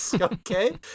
Okay